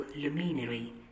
luminary